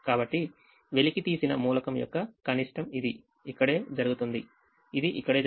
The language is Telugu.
కాబట్టి వెలికితీసిన మూలకం యొక్క కనిష్టం ఇది ఇక్కడే జరుగుతుంది ఇది ఇక్కడే జరుగుతుంది